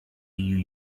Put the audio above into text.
you